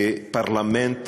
כפרלמנט